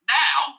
now